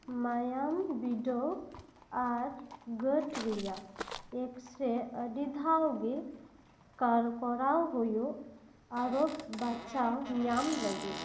ᱢᱟᱭᱟᱢ ᱵᱤᱰᱟᱹᱣ ᱟᱨ ᱜᱟᱹᱴ ᱨᱮᱭᱟᱜ ᱮᱠᱥᱨᱮ ᱟᱹᱰᱤ ᱫᱷᱟᱣ ᱜᱮ ᱠᱟᱨ ᱠᱚᱨᱟᱣ ᱦᱩᱭᱩᱜ ᱟᱨᱳᱜᱽ ᱵᱟᱪᱷᱟᱣ ᱧᱟᱢ ᱞᱟᱹᱜᱤᱫ